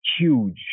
huge